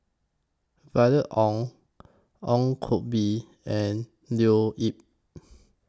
Violet Oon Ong Koh Bee and Leo Yip